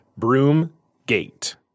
Broomgate